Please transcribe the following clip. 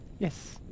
Yes